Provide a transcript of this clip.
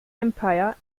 empire